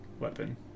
weapon